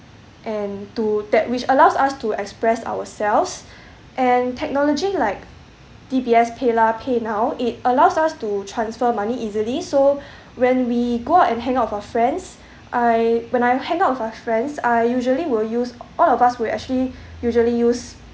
and to that which allows us to express ourselves and technology like D_B_S paylah paynow it allows us to transfer money easily so when we go out and hang out with our friends I when I hang out with my friends I usually will use all of us will actually usually use